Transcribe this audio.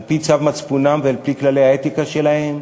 על-פי צו מצפונם ועל-פי כללי האתיקה שלהם,